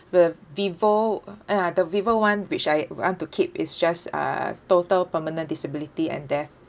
with vivo uh ya the vivo one which I want to keep is just uh total permanent disability and death